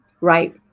Right